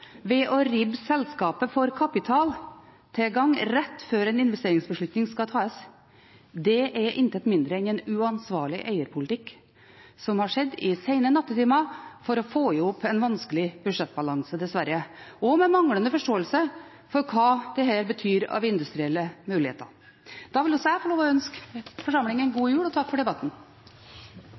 ved å ribbe selskapet for kapitaltilgang rett før en investeringsbeslutning skal tas. Det er intet mindre enn en uansvarlig eierpolitikk, som har skjedd i seine nattetimer for å få i hop en vanskelig budsjettbalanse, dessverre – og med manglende forståelse for hva dette betyr av industrielle muligheter. Da vil jeg få lov til å ønske forsamlingen en god jul og takke for debatten.